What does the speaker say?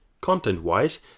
Content-wise